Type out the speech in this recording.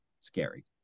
scary